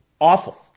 awful